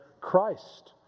Christ